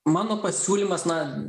mano pasiūlymas na